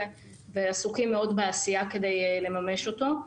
ועסוקים מאוד בעשייה על מנת לממש אותו.